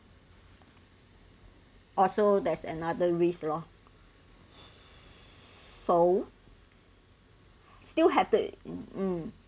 also there's another risk lor so still have to in um